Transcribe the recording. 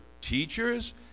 teachers